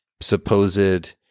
supposed